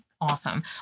awesome